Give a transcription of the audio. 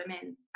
women